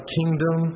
kingdom